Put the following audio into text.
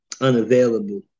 unavailable